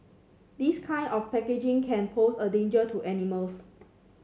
this kind of packaging can pose a danger to animals